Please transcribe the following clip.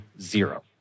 zero